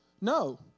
No